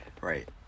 Right